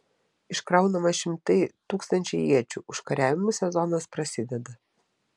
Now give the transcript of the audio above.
iškraunama šimtai tūkstančiai iečių užkariavimų sezonas prasideda